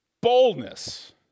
boldness